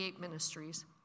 ministries